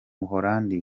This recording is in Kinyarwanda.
buholandi